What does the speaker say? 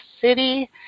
city